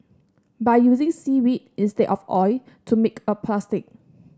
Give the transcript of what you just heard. by using seaweed instead of oil to make a plastic